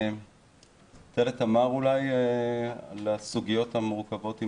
תמר תתאר את הסוגיות המורכבות.